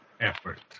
effort